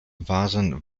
waren